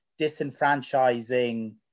disenfranchising